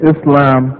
Islam